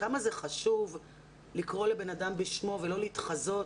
כמה זה חשוב לקרוא לבן אדם בשמו ולא להתחזות.